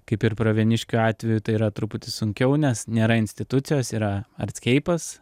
kaip ir pravieniškių atveju tai yra truputį sunkiau nes nėra institucijos yra